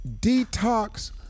detox